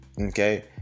Okay